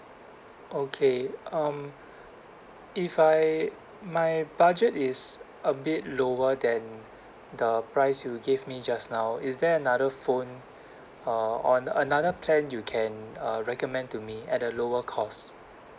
okay um if I my budget is a bit lower than the price you gave me just now is there another phone uh on another plan you can uh recommend to me at a lower cost